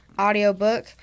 audiobook